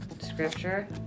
Scripture